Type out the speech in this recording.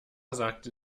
sagte